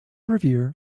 revere